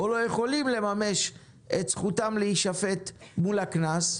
או לא יכולים לממש את זכותם להישפט מול הקנס,